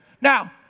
Now